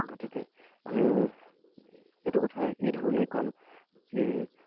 গতিকে আমি এইটো কথাই এই ধৰণে ক'ম যে